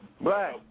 Black